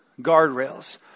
Guardrails